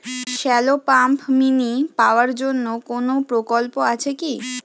Shallow pump mini power জন্য কোনো প্রকল্প আছে কি?